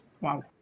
Wow